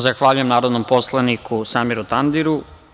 Zahvaljujem narodnom poslaniku Samiru Tandiru.